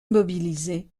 mobilisés